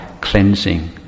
cleansing